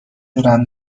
دونم